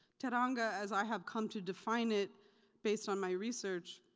teranga as i have come to define it based on my research,